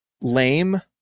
lame